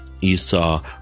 Esau